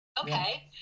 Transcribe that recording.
okay